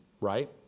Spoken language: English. right